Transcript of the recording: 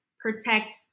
protect